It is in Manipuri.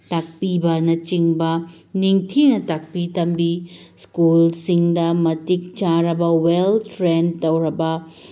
ꯇꯥꯛꯄꯤꯕꯅꯆꯤꯡꯕ ꯅꯤꯡꯊꯤꯅ ꯇꯥꯛꯄꯤ ꯇꯝꯕꯤ ꯁ꯭ꯀꯨꯜꯁꯤꯡꯗ ꯃꯇꯤꯛ ꯆꯥꯔꯕ ꯋꯦꯜ ꯇ꯭ꯔꯦꯟ ꯇꯧꯔꯕ